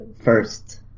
First